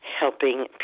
helping